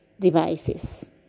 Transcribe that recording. devices